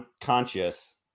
conscious